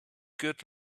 good